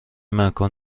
مکان